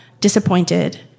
disappointed